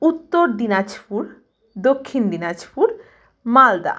Uttar Dinajpur Dakshin Dinajpur Malda